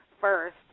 first